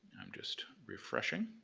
i'm just refreshing